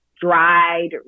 dried